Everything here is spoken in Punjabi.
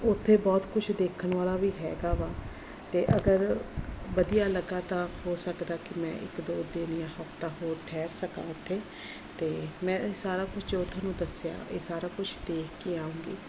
ਉੱਥੇ ਬਹੁਤ ਕੁਛ ਦੇਖਣ ਵਾਲਾ ਵੀ ਹੈਗਾ ਵਾ ਅਤੇ ਅਗਰ ਵਧੀਆ ਲੱਗਾ ਤਾਂ ਹੋ ਸਕਦਾ ਕਿ ਮੈਂ ਇੱਕ ਦੋ ਦਿਨ ਜਾਂ ਹਫਤਾ ਹੋਰ ਠਹਿਰ ਸਕਾ ਉੱਥੇ ਅਤੇ ਮੈਂ ਇਹ ਸਾਰਾ ਕੁਛ ਜੋ ਤੁਹਾਨੂੰ ਦੱਸਿਆ ਇਹ ਸਾਰਾ ਕੁਛ ਦੇਖ ਕੇ ਆਊਗੀ